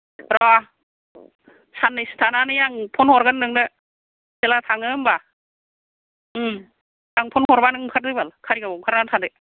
र' साननैसो थानानै आं फन हरगोन नोंनो जेब्ला थाङो होनबा आं फन हरबा नों ओंखारदो बाल खारिगावआव ओंखारनानै थादो